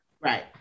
Right